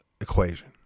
equation